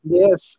yes